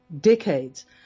decades